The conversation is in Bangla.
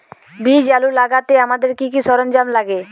বীজ আলু লাগাতে আমাদের কি কি সরঞ্জাম লাগে?